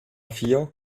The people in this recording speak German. vier